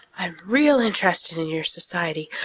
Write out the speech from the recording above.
i'm real interested in your society